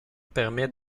permet